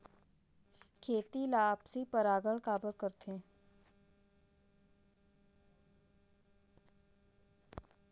खेती ला आपसी परागण काबर करथे?